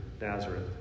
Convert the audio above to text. Nazareth